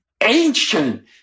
ancient